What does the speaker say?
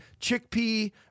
chickpea